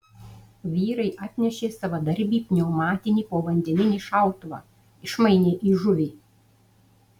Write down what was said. vyrai atnešė savadarbį pneumatinį povandeninį šautuvą išmainė į žuvį